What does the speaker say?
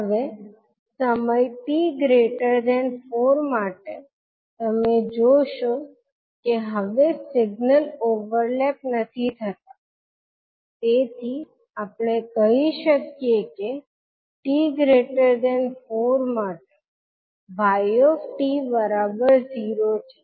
હવે સમય 𝑡 4 માટે તમે જોશો કે હવે સિગ્નલ ઓવરલેપ નથી થતા તેથી આપણે કહી શકીએ કે 𝑡4 માટે 𝑦𝑡 0 છે